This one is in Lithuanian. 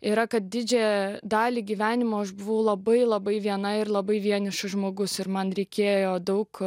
yra kad didžiąją dalį gyvenimo aš buvau labai labai viena ir labai vienišas žmogus ir man reikėjo daug